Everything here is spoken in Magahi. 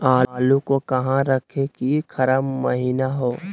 आलू को कहां रखे की खराब महिना हो?